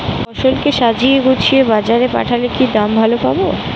ফসল কে সাজিয়ে গুছিয়ে বাজারে পাঠালে কি দাম ভালো পাব?